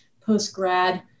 post-grad